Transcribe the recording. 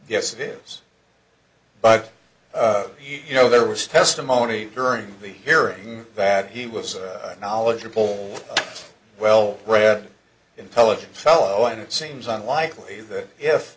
yes it is but you know there was testimony during the hearing that he was a knowledgeable well read intelligent fellow and it seems unlikely that